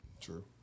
True